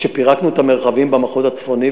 כשפירקנו את המרחבים במחוז הצפוני,